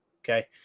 Okay